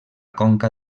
conca